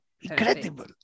incredible